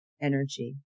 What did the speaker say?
energy